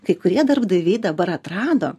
kai kurie darbdaviai dabar atrado